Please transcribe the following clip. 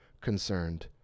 concerned